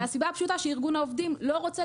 מהסיבה הפשוטה שארגון העובדים לא רוצה